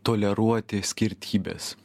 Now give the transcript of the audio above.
toleruoti skirtybes